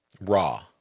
raw